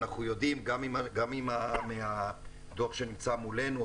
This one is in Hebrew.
גם מהדוח שנמצא מולנו,